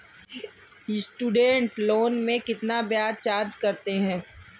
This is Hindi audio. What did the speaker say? स्टूडेंट लोन में कितना ब्याज चार्ज करते हैं?